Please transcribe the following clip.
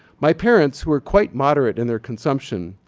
my parents were quite moderate in their consumption,